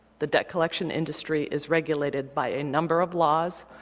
the debt collection industry is regulated by a number of laws.